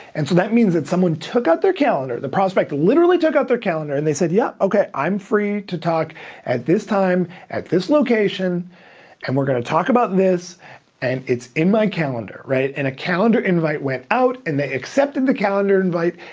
and so that means that someone took out their calendar, the prospect literally took out their calendar, and they said, yep, okay, i'm free to talk at this time at this location and we're gonna talk about this and it's in my calendar. and a calendar invite went out and they accepted the calendar invite.